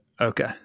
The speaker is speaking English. okay